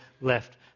left